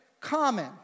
common